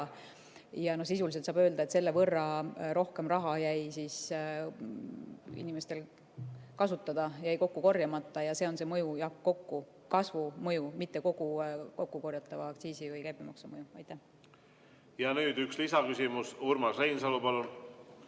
ära. Sisuliselt saab öelda, et selle võrra rohkem raha jäi inimestel kasutada, jäi kokku korjamata ja see on see mõju kokku, kasvu mõju, mitte kogu kokkukorjatava aktsiisi või käibemaksu mõju. Nüüd üks lisaküsimus. Urmas Reinsalu, palun!